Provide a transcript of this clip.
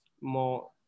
more